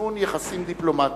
ובצינון יחסים דיפלומטיים.